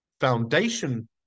foundation